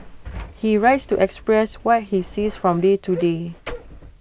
he writes to express what he sees from day to day